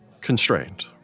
constrained